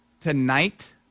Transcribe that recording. tonight